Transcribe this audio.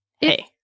hey